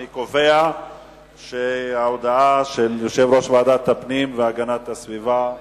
אני קובע שההודעה של יושב-ראש ועדת הפנים והגנת הסביבה התקבלה.